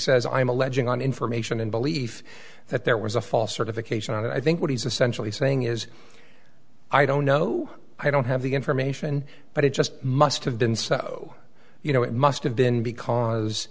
says i'm alleging on information and belief that there was a false certification and i think what he's essentially saying is i don't know i don't have the information but it just must have been so you know it must have been because